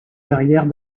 verrières